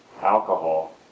alcohol